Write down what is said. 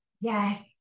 yes